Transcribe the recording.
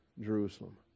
Jerusalem